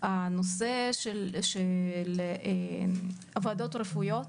נושא הוועדות הרפואיות,